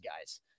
guys